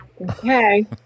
Okay